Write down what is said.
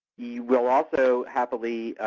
we will also happily